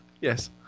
Yes